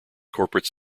corporate